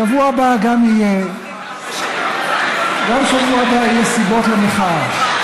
שבוע הבא גם יהיה, גם בשבוע הבא יהיו סיבות למחאה.